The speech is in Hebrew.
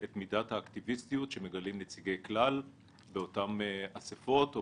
את מידת האקטיביסטיות שמגלים נציגי כלל באותן אספות או